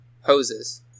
hoses